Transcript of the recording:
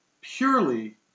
purely